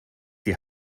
die